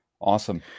awesome